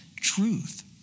truth